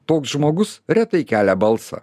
toks žmogus retai kelia balsą